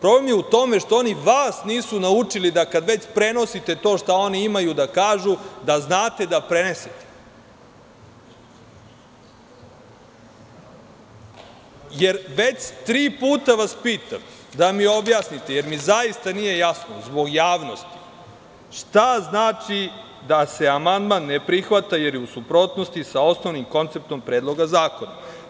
To vam je u tome što oni vas nisu naučili, da kada već prenosite to što oni imaju da kažu, da znate da prenesete, jer već tri puta vas pitam da mi objasnite, jer mi zaista nije jasno zbog javnosti, šta znači da se amandman ne prihvat, jer je u suprotnosti sa osnovnim konceptom Predloga zakona.